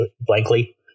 blankly